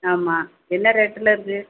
ஆமாம் என்ன ரேட்டில் இருக்குது